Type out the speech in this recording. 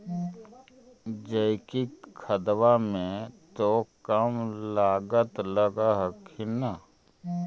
जैकिक खदबा मे तो कम लागत लग हखिन न?